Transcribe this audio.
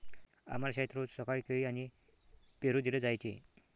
आम्हाला शाळेत रोज सकाळी केळी आणि पेरू दिले जायचे